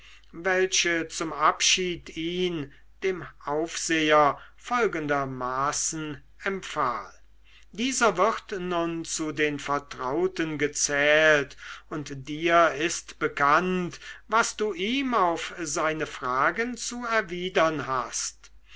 welche zum abschied ihn dem aufseher folgendermaßen empfahl dieser wird nun zu den vertrauten gezählt und dir ist bekannt was du ihm auf seine fragen zu erwidern hast